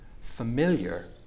familiar